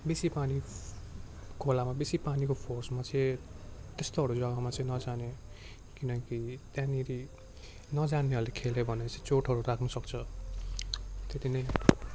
बेसी पानी खोलामा बेसी पानीको फोर्समा चाहिँ त्यस्तोहरू जग्गामा चाहिँ नजाने किनकि त्यहाँनिर नजान्नेहरूले खेल्यो भने चाहिँ चोटहरू लाग्नसक्छ त्यत्ति नै